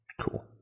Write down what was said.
Cool